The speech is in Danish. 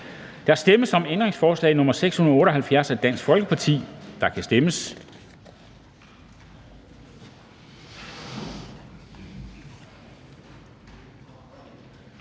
Der stemmes om ændringsforslag nr. 671 af DF, og der kan stemmes.